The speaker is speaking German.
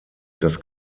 das